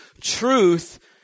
Truth